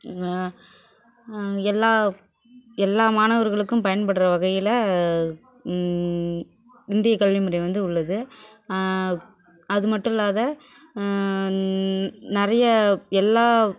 எல்லா எல்லா மாணவர்களுக்கும் பயன்படுற வகையில் இந்திய கல்விமுறை வந்து உள்ளது அது மட்டும் இல்லாத நிறைய எல்லா